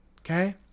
okay